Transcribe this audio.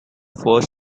first